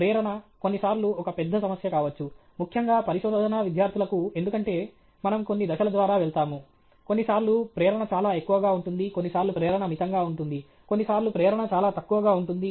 ప్రేరణ కొన్నిసార్లు ఒక పెద్ద సమస్య కావచ్చు ముఖ్యంగా పరిశోధనా విద్యార్థులకు ఎందుకంటే మనం కొన్ని దశల ద్వారా వెళతాము కొన్నిసార్లు ప్రేరణ చాలా ఎక్కువగా ఉంటుంది కొన్నిసార్లు ప్రేరణ మితంగా ఉంటుంది కొన్నిసార్లు ప్రేరణ చాలా తక్కువగా ఉంటుంది